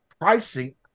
pricing